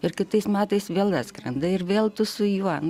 ir kitais metais vėl atskrenda ir vėl tu su juo